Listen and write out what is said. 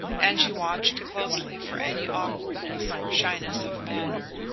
and she watched closely for any awkwardness or shyness of manner,